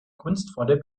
kunstvolle